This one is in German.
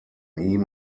ihm